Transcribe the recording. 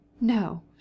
No